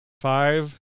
five